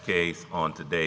case on today